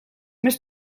més